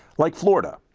like florida.